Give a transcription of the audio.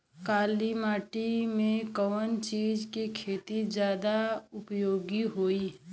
काली माटी में कवन चीज़ के खेती ज्यादा उपयोगी होयी?